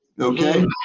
okay